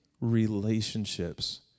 relationships